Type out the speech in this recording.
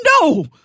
No